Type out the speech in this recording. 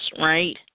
right